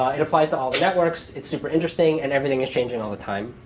it applies to all the networks, it's super interesting, and everything is changing all the time.